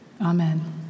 Amen